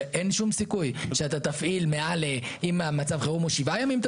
שאם מצב החירום הוא שבעה ימים,